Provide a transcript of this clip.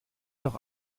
doch